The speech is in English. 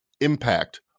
impact